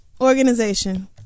Organization